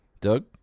Doug